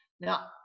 Now